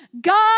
God